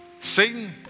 Satan